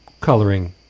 coloring